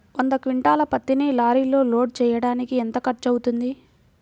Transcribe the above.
వంద క్వింటాళ్ల పత్తిని లారీలో లోడ్ చేయడానికి ఎంత ఖర్చవుతుంది?